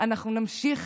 אנחנו נמשיך